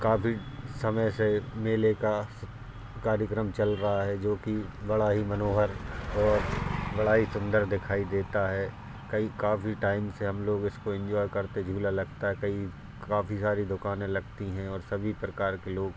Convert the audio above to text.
काफ़ी समय से मेले का सब कार्यक्रम चल रहा है जोकि बड़ा ही मनोहर और बड़ा ही सुंदर दिखाई देता है कई काफ़ी टाइम से हम लोग इसको इन्जॉय करते झूला लगता है कई काफ़ी सारी दुकानें लगती हैं और सभी प्रकार के लोग